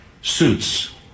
suits